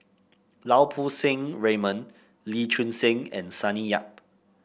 Lau Poo Seng Raymond Lee Choon Seng and Sonny Yap